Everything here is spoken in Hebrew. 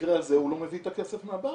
במקרה הזה הוא לא מביא את הכסף מהבית,